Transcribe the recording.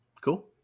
cool